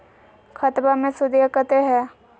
खतबा मे सुदीया कते हय?